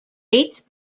eighth